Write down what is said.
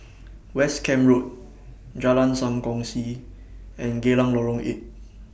West Camp Road Jalan SAM Kongsi and Geylang Lorong eight